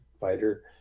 Fighter